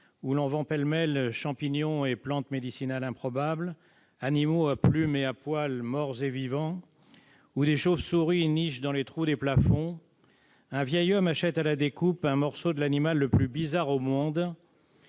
où l'on vend pêle-mêle champignons et plantes médicinales improbables, animaux à plumes et à poils, morts et vivants, où des chauves-souris nichent dans les trous des plafonds, un vieil homme achète à la découpe un morceau de l'animal le plus bizarre au monde,